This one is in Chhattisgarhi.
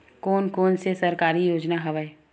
कोन कोन से सरकारी योजना हवय?